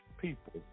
people